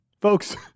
Folks